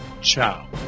ciao